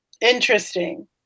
interesting